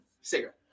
Cigarette